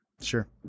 Sure